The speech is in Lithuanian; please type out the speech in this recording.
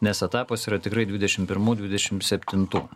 nes etapas yra tikrai dvidešimt pirmų dvidešimt septintų